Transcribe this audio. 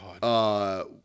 God